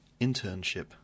internship